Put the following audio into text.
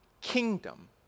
kingdom